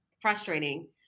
frustrating